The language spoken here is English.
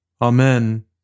Amen